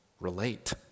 relate